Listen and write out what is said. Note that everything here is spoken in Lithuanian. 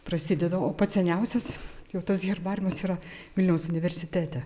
prasideda pats seniausias jau tas herbariumas yra vilniaus universitete